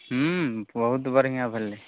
हूँ बहुत बढिऑं भेलै